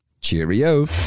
Cheerio